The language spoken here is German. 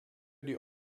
die